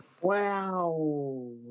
Wow